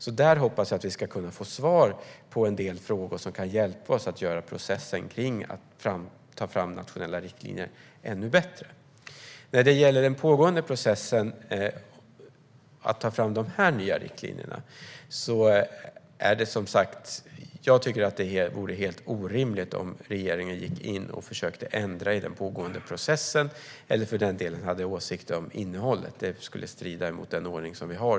Jag hoppas att vi där kan få svar på en del frågor som kan hjälpa oss att göra processen för att ta fram nationella riktlinjer ännu bättre. När det gäller den pågående processen att ta fram dessa riktlinjer vore det helt orimligt om regeringen gick in och försökte ändra i den pågående processen eller hade åsikter om innehållet. Det skulle strida mot den ordning vi har.